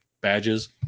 badges